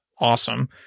awesome